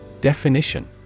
Definition